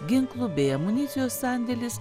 ginklų bei amunicijos sandėlis